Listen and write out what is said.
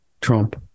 Trump